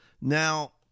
Now